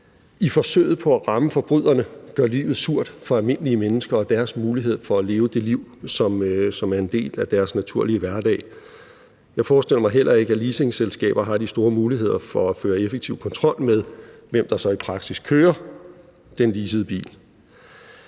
i forsøget på at ramme forbryderne gør livet surt for almindelige mennesker og deres muligheder for at leve det liv, som er en del af deres naturlige hverdag. Jeg forestiller mig heller ikke, at leasingselskaber har de store muligheder for at føre effektiv kontrol med, hvem der rent faktisk kører den leasede bil.